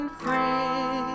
free